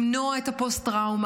למנוע את הפוסט-טראומה,